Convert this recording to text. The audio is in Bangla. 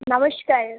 নমস্কার